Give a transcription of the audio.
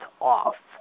off